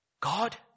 God